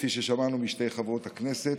כפי ששמענו משתי חברות הכנסת.